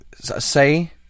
say